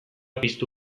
piztu